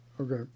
Okay